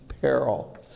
peril